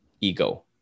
ego